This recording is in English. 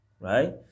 Right